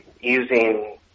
using